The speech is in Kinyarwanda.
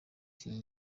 iki